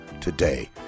today